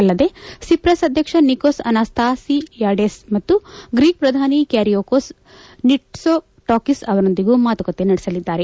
ಅಲ್ಲದೇ ಸಿಪ್ರಸ್ ಅಧ್ಯಕ್ಷ Nicos Anastasiades ಮತ್ತು ಗ್ರೀಕ್ ಪ್ರಧಾನಿ ಕ್ಯಾರಿಯಾಕೊಸ್ ನಿಟ್ಸೊ ಚಾಕಿಸ್ ಅವರೊಂದಿಗೂ ಮಾತುಕತೆ ನಡೆಸಲಿದ್ದಾರೆ